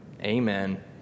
amen